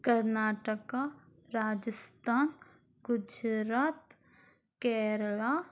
Karnataka Rajasthan Gujarat Kerala